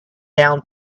down